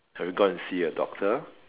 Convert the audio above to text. have you gone and see a doctor